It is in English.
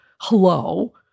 hello